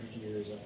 years